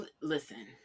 listen